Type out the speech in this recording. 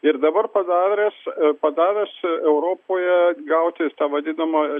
ir dabar padaręs padavęs europoje gauti tą vadinamą